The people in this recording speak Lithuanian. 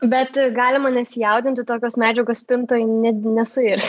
bet galima nesijaudinti tokios medžiagos spintoj net nesuirs